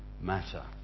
matter